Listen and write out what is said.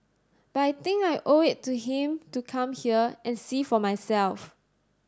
but I think I owe it to him to come here and see for myself